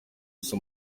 gusa